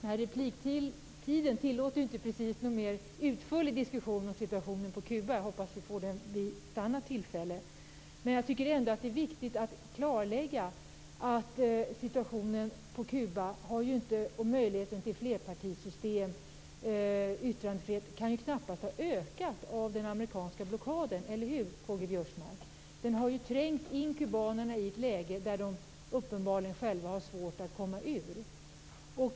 Herr talman! Taletiden tillåter inte någon mer utförlig diskussion om situationen på Kuba. Jag hoppas att vi får den vid ett annat tillfälle. Jag tycker ändock att det är viktigt att klarlägga att situationen på Kuba och möjligheterna till flerpartisystem och yttrandefrihet knappast kan ha ökat av den amerikanska blockaden - eller hur, Karl-Göran Biörsmark? Den har trängt in kubanerna i ett läge som de uppenbarligen själva har svårt att komma ut ur.